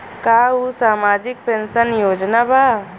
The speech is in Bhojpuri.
का उ सामाजिक पेंशन योजना बा?